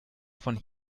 von